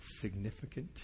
significant